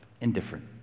indifferent